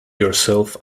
yourself